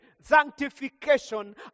sanctification